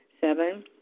Seven